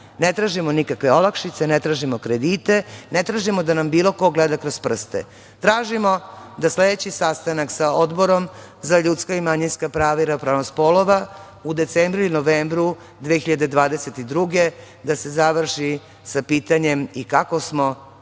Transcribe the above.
Ne tražimo nikakve olakšice, ne tražimo kredite, ne tražimo da nam bilo ko gleda kroz prste. Tražimo da sledeći sastanak sa Odborom za ljudska i manjinska prava i ravnopravnost polova u decembru i novembru 2022. godine da se završi sa pitanjem – i kako smo, vrlo